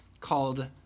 called